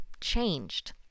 changed